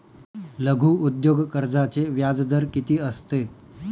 लघु उद्योग कर्जाचे व्याजदर किती असते?